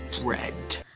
bread